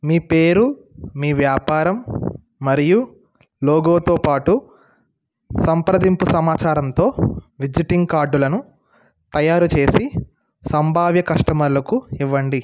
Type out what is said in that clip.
మీ పేరు మీ వ్యాపారం మరియు లోగోతో పాటు సంప్రదింపు సమాచారంతో విజిటింగ్ కార్డులను తయారుచేసి సంభావ్య కస్టమర్లకు ఇవ్వండి